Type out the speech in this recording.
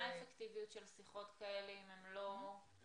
מה האפקטיביות של שיחות כאלה אם אחר